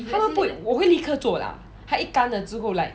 他们不会我会立刻做 lah 它一干了之后 like